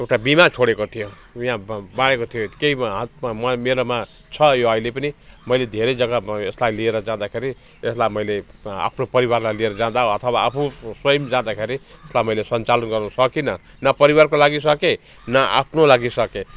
एउटा बिमा छोडेको थियो यहाँ ब बाँडेको थियो केहीमा हदमा म मेरोमा छ यो अहिले पनि मैले धेरै जग्गा म यसलाई लिएर जाँदाखेरि यसलाई मैले आफ्नो परिवारलाई लिएर जाँदा अथवा आफू स्वयम् जाँदाखेरि त मैले सञ्चालन गर्न सकिनँ न परिवारको लागि सकेँ न आफ्नो लागि सकेँ